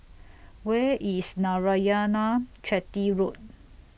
Where IS Narayanan Chetty Road